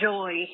Joy